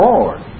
Lord